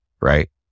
right